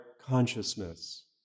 consciousness